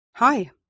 Hi